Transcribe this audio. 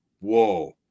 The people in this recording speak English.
whoa